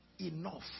enough